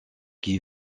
qui